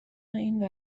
این